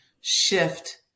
shift